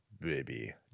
baby